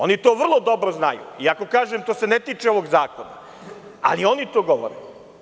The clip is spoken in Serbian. Oni to vrlo dobro znaju, iako kažem, to se ne tiče ovog zakona, ali oni to govore.